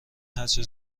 هرچه